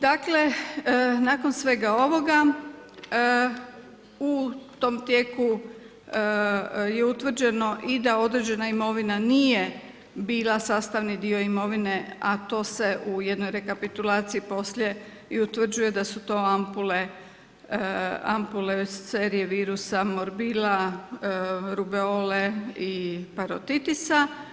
Dakle, nakon svega ovoga, u tom tijeku, je utvrđeno i da određena imovina nije bila sastavni dio imovine, a to se i u jednoj rekapitulaciji poslije i utvrđuje da su to ampule seruje virusa morbila, rubiole i parotitisa.